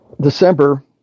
December